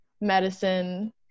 medicine